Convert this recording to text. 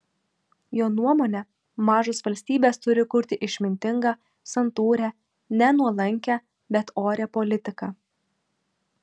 jo nuomone mažos valstybės turi kurti išmintingą santūrią ne nuolankią bet orią politiką